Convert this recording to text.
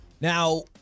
Now